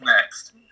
Next